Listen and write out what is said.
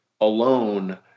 alone